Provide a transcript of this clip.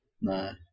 No